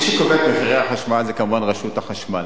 מי שקובע את מחירי החשמל זה כמובן רשות החשמל.